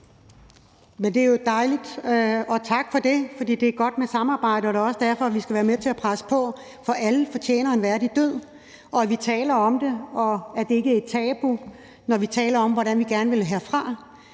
Det er jo dejligt, og tak for det, for det er godt med samarbejde, og det er også derfor, vi skal være med til at presse på, for alle fortjener en værdig død, og presse på i forhold til at tale om det, så det ikke er et tabu, når vi taler om, hvordan vi gerne vil herfra.